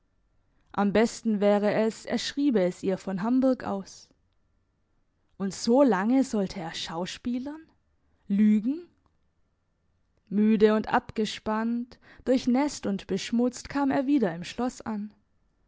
am besten wäre es er schriebe es ihr von hamburg aus und so lange sollte er schauspielern lügen müde und abgespannt durchnässt und beschmutzt kam er wieder im schloss an